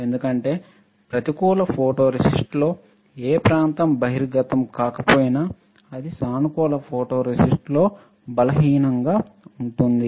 ఎందుకంటే ప్రతికూల ఫోటోరేసిస్ట్లో ఏ ప్రాంతం బహిర్గతం కాకపోయినా అది సానుకూల ఫోటోరేసిస్ట్లో బలహీనంగా ఉంటుంది